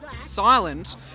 Silent